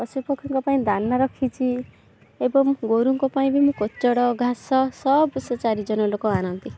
ପଶୁପକ୍ଷୀଙ୍କ ପାଇଁ ଦାନା ରଖିଛି ଏବଂ ଗୋରୁଙ୍କ ପାଇଁ ବି ମୁଁ କୋଚଡ଼ ଘାସ ସବୁ ସେ ଚାରି ଜଣ ଲୋକ ଆଣନ୍ତି